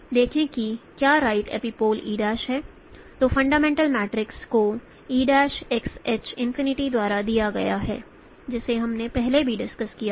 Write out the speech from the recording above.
देखें कि क्या राइट एपीपॉल e' है तो फंडामेंटल मैट्रिक्स को eXH इनफिनिटी द्वारा दिया गया है जिसे हमने पहले भी डिस्कस किया था